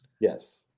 Yes